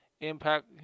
impact